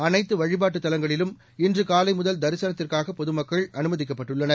அனைத்து வழிபாட்டுத் தலங்களிலும் இன்று காலை முதல் திசனத்துக்காக பொதுமக்கள் அனுமதிக்கப்பட்டுள்ளனர்